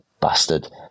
bastard